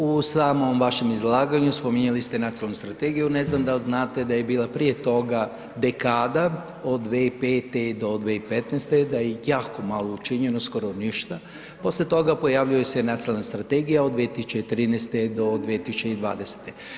U samom vašem izlaganju, spominjali ste nacionalnu strategiju, ne znam da li znate da je bila prije toga dekada od 2005. do 2015., da je jako malo učinjeno, skoro ništa, poslije toga pojavljuje se nacionalna strategija od 2013. do 2020.